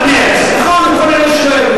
עד מרס.